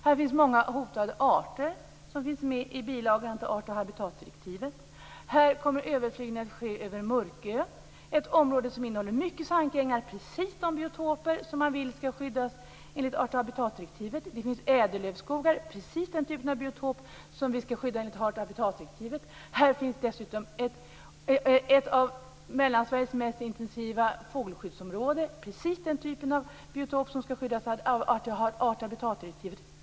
Här finns många hotade arter som finns med i bilagan till art och habitatdirektivet. Här kommer överflygning att ske över Mörkö, som är ett område som innehåller många sankängar - precis de biotoper som man vill ska skyddas enligt art och habitatdirektivet. Det finns ädellövskogar - precis den typ av biotop som vi ska skydda enligt art och habitatdirektivet. Här finns dessutom ett av Mellansveriges mest intensiva fågelskyddsområden - precis den typ av biotop som ska skyddas av art och habitatdirektivet.